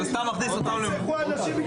אתה מסית כל הזמן.